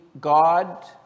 God